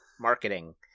Marketing